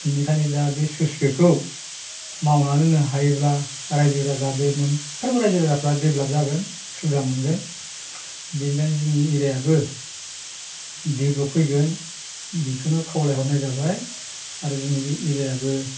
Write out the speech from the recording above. बिनिखायनो दा बे स्लुइस गेटखौ मावनानै होनो हायोब्ला रायजो राजा बे साफ्रोमबो रायजो राजाफ्रा डेभेलप जागोन सुबिदा मोनगोन बेनिफ्राय जोंनि एरियायाबो डेभेलप फैगोन बेखौनो खावलायहरनाय जाबाय आरो जोंनि बे एरियायाबो